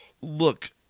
look